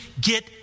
Get